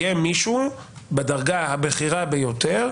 יהיה מישהו בדרגה הבכירה ביותר,